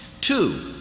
Two